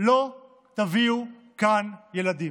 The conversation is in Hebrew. לא תביאו כאן ילדים,